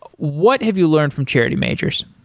what have you learned from charity majors?